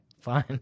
fine